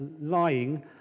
lying